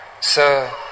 Sir